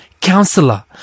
Counselor